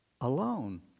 alone